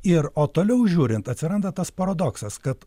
ir o toliau žiūrint atsiranda tas paradoksas kad